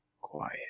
quiet